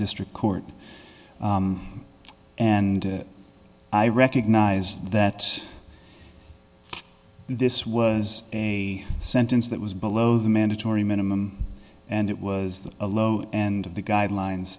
district court and i recognize that this was a sentence that was below the mandatory minimum and it was the low end of the guidelines